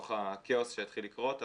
אני גר ברמת השרון,